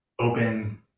open